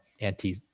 anti